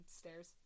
stairs